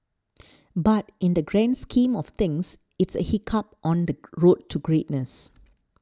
but in the grand scheme of things it's a hiccup on the road to greatness